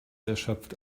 erschöpft